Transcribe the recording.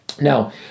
Now